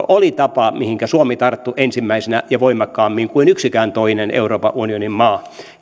oli tapa mihinkä suomi tarttui ensimmäisenä ja voimakkaammin kuin yksikään toinen euroopan unionin maa